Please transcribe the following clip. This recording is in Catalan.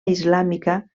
islàmica